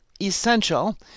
essential